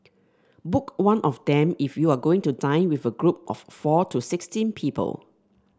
book one of them if you are going to dine with a group of four to sixteen people